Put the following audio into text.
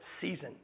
season